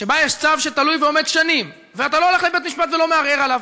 שבה יש צו שתלוי ועומד שנים ואתה לא הולך לבית-משפט ומערער עליו.